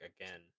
again